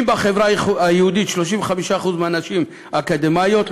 אם בחברה היהודית 35% מהנשים אקדמאיות,